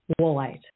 woolite